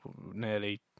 nearly